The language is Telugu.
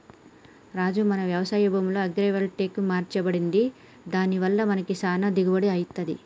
రాజు మన యవశాయ భూమిలో అగ్రైవల్టెక్ అమర్చండి దాని వల్ల మనకి చానా దిగుబడి అత్తంది